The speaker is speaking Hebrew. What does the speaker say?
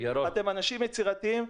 אתם אנשים יצירתיים,